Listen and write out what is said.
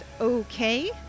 okay